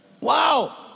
Wow